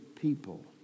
people